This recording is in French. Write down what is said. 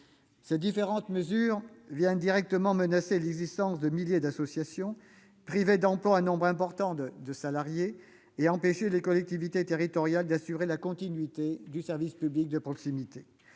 Ces différentes mesures menacent directement l'existence de milliers d'associations, risquent de priver d'emplois un nombre important de salariés et d'empêcher les collectivités territoriales d'assurer la continuité du service public de proximité.